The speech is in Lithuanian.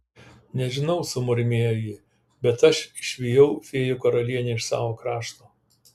nežinau sumurmėjo ji bet aš išvijau fėjų karalienę iš savo krašto